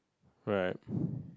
right